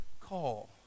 call